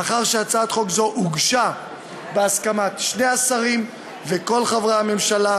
מאחר שהצעת חוק זו הוגשה בהסכמת שני השרים וכל חברי הממשלה,